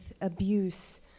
abuse